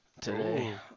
today